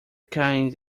kind